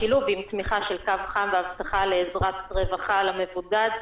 בשילוב עם תמיכה של קו חם והבטחה לעזרת רווחה למבודד,